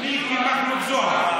ממ"ז, מיקי מכלוף זוהר.